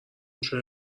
شوی